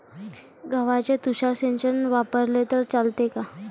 गव्हाले तुषार सिंचन वापरले तर चालते का?